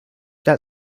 that